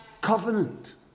covenant